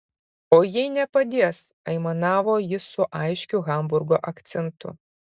o jei nepadės aimanavo jis su aiškiu hamburgo akcentu